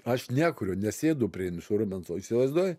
aš nekuriu nesėdu prie insrumento įsivaizduoji